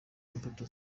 imbuto